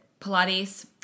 Pilates